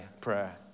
prayer